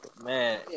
Man